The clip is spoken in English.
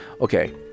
okay